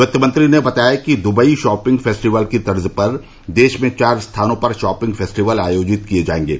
वित्तमंत्री ने बताया कि दुबई शॉपिंग फेसटिवल की तर्ज पर देश में चार स्थानों पर शॉपिंग फेस्टिवल आयोजित किए जाएगे